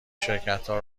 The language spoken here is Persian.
شرکتها